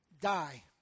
die